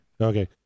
okay